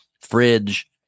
fridge